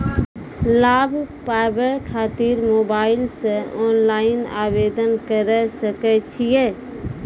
लाभ पाबय खातिर मोबाइल से ऑनलाइन आवेदन करें सकय छियै?